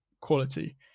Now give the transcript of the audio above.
quality